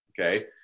okay